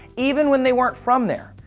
even when they weren't from there.